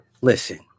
Listen